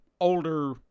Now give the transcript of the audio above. older